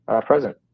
present